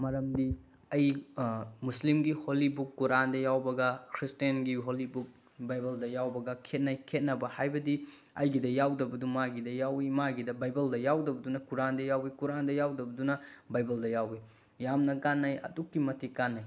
ꯃꯔꯝꯗꯤ ꯑꯩ ꯃꯨꯁꯂꯤꯝꯒꯤ ꯍꯣꯂꯤ ꯕꯨꯛ ꯀꯨꯔꯥꯟꯗ ꯌꯥꯎꯕꯒ ꯈ꯭ꯔꯤꯁꯇꯦꯟꯒꯤ ꯍꯣꯂꯤ ꯕꯨꯛ ꯕꯥꯏꯕꯜꯗ ꯌꯥꯎꯕꯒ ꯈꯦꯠꯅꯩ ꯈꯦꯠꯅꯕ ꯍꯥꯏꯕꯗꯤ ꯑꯩꯒꯤꯗ ꯌꯥꯎꯗꯕꯗꯨ ꯃꯥꯒꯤꯗ ꯌꯥꯎꯋꯤ ꯃꯥꯒꯤꯗ ꯕꯥꯏꯕꯜꯗ ꯌꯥꯎꯗꯕꯗꯨꯅ ꯀꯨꯔꯥꯟꯗ ꯌꯥꯎꯋꯤ ꯀꯨꯔꯥꯟꯗ ꯌꯥꯎꯗꯕꯗꯨꯅ ꯕꯥꯏꯕꯜꯗ ꯌꯥꯎꯋꯤ ꯌꯥꯝꯅ ꯀꯥꯟꯅꯩ ꯑꯗꯨꯛꯀꯤ ꯃꯇꯤꯛ ꯀꯥꯟꯅꯩ